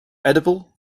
edible